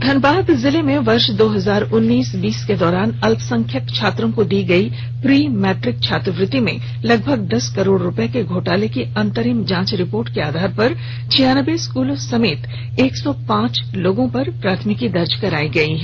धनबाद जिले में वर्ष दो हजार उन्नीस बीस के दौरान अल्पसंख्यक छात्रों को दी गई प्रीमैट्रिक छात्रवृत्ति में लगभग दस करोड़ रूपये के घोटाले की अंतरिम जांच रिपोर्ट के आधार पर छियानबे स्कूलों समेत एक सौ पांच लोगों पर प्राथमिकी दर्ज करायी गयी है